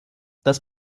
das